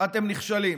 אתם נכשלים,